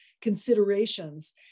considerations